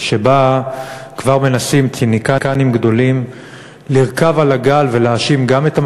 שבה כבר מנסים ציניקנים גדולים לרכוב על הגל ולהאשים גם את